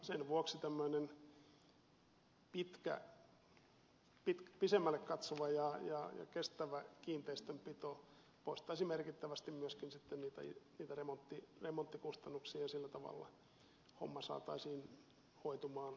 sen vuoksi tämmöinen pitemmälle katsova ja kestävä kiinteistönpito poistaisi merkittävästi myöskin sitten niitä remonttikustannuksia ja sillä tavalla homma saataisiin hoitumaan järkevästi eteenpäin